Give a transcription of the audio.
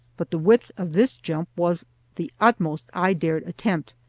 but the width of this jump was the utmost i dared attempt,